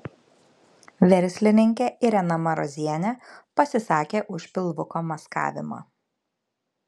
verslininkė irena marozienė pasisakė už pilvuko maskavimą